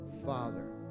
Father